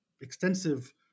extensive